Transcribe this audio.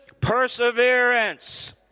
perseverance